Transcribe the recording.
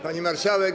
Pani Marszałek!